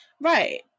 Right